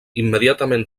immediatament